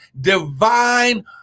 divine